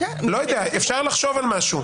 לא יודע, אפשר לחשוב על משהו.